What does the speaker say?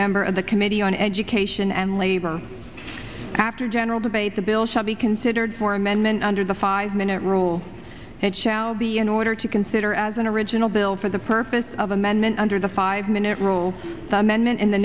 member of the committee on education and labor after general debate the bill shall be considered for amendment under the five minute rule and it shall be in order to consider as an original bill for the purpose of amendment under the five minute rule that men men in the